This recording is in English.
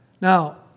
Now